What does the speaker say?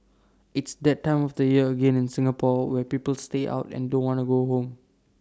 it's that time of the year again in Singapore where people stay out and don't wanna go home